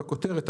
"(1)בכותרת,